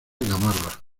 gamarra